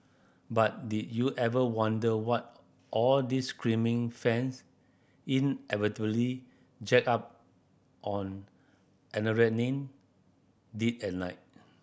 but did you ever wonder what all these screaming fans inevitably jacked up on adrenaline did at night